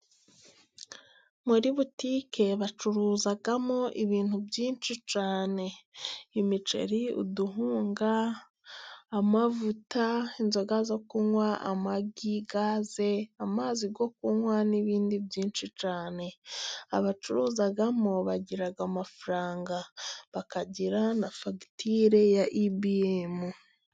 Muri butike bacuruzamo ibintu byinshi cyane, imiceri, Kawunga, amavuta, inzoga zo kunywa, amagi, gaze, amazi yo kunywa, n'ibindi byinshi cyane. Abacuruzamo bagira amafaranga, bakagira na fagitire ya Ibiemu.